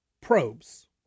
probes